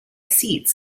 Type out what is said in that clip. seats